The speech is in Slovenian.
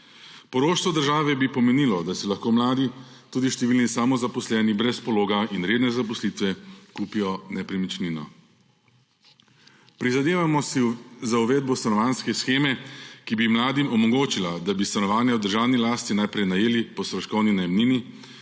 Poroštvo države bi pomenilo, da si lahko mladi, tudi številni samozaposleni brez pologa in redne zaposlitve kupijo nepremičnino. Prizadevamo si za uvedbo stanovanjske sheme, ki bi mladim omogočila, da bi stanovanja v državni lasti najprej najeli po stroškovni najemnini